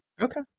okay